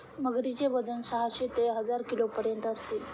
मगरीचे वजन साहशे ते हजार किलोपर्यंत असते